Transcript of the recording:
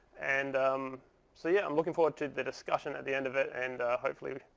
and um so yeah, i'm looking forward to the discussion at the end of it. and hopefully,